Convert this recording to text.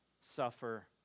suffer